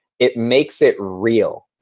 it makes it real.